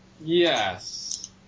yes